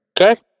Okay